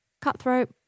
Cutthroat